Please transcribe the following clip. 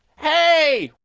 hey,